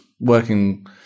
working